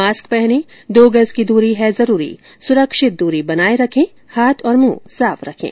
mask पहनें दो गज की दूरी है जरूरी सुरक्षित दूरी बनाए रखें हाथ और मुंह साफ रखें